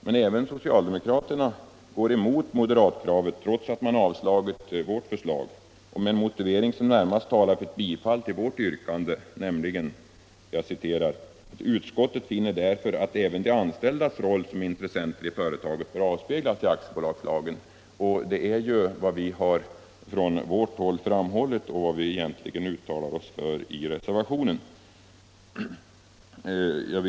Men även socialdemokraterna går emot moderatkravet — trots att man avstyrkt vårt förslag — och gör det med en motivering som närmast talar för ett bifall till vårt yrkande, nämligen följande: ”Utskottet finner därför att även de anställdas roll som intressenter i företaget bör avspeglas i aktiebolagslagen.” Det är ju detsamma som vi från vårt håll har framhållit och även har uttalat oss för i reservationen 1.